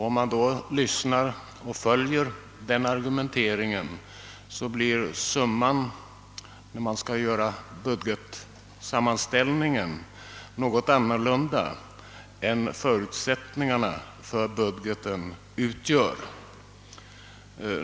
Om man överallt följer denna argumentering blir summan när budgetsammanställningen skall göras något annorlunda än vad förutsättningarna för budgeten medger.